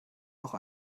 noch